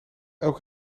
elk